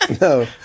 No